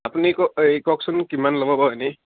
আপুনি ক হেৰি কওকচোন কিমান ল'ব বাৰু এনেই